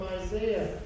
Isaiah